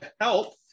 help